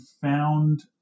found